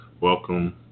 welcome